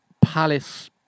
Palace